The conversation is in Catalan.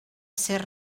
ser